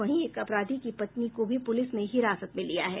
वहीं एक अपराधी की पत्नी को भी पुलिस ने हिरासत में लिया है